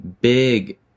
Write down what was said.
big